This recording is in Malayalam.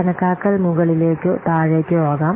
കണക്കാക്കൽ മുകളിലേയ്ക്കോ താഴേയ്ക്കോ ആകാം